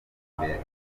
imbere